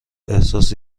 احساس